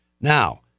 now